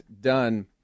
done